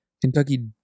Kentucky